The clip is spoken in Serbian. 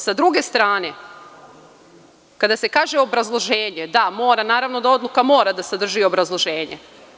Sa druge strane, kada se kaže – obrazloženje, da mora, naravno da odluka mora da sadrži obrazloženje.